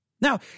Now